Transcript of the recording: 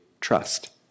trust